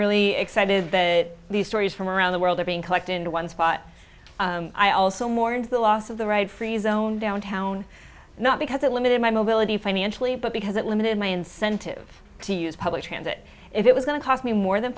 really excited that these stories from around the world are being collected in one spot i also mourns the loss of the right free zone downtown not because it limited my mobility financially but because it limited my incentive to use public transit if it was going to cost me more than